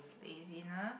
laziness